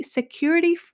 Security